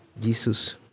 Jesus